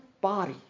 body